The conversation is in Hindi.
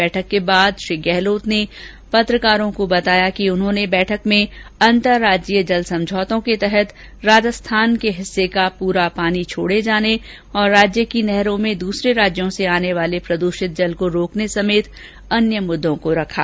बैठक के बाद श्री गहलोत ने पत्रकारों को बताया कि उन्होंने बैठक में अंतर्राज्यीय जल समझौतों के तहत राजस्थान के हिस्से का पूरा पानी छोड़े जाने तथा राज्य की नहरों में दूसरों राज्यों से आने वाले प्रद्रषित जल को रोकने समेत अन्य मुद्दों को रखा